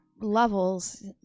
levels